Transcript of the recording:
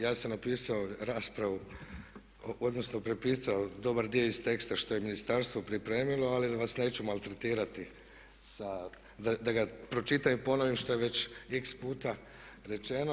Ja sam napisao raspravu, odnosno prepisao dobar dio iz teksta što je ministarstvo pripremilo ali vas neću maltretirati sa, da ga pročitam i ponovim što je već x puta rečeno.